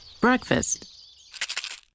breakfast